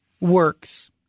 Works